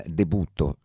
debutto